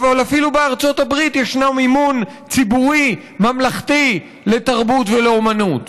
אבל אפילו בארצות הברית יש מימון ציבורי ממלכתי לתרבות ולאומנות,